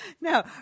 No